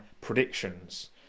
predictions